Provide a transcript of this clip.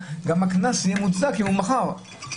גם הקנס יהיה מוצדק אם הוא כן מכר לאותו